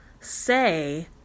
say